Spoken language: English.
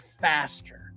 faster